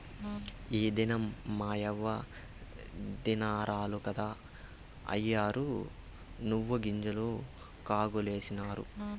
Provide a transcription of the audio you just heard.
ఈ దినం మాయవ్వ దినారాలు కదా, అయ్యోరు నువ్వుగింజలు కాగులకేసినారు